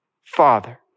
father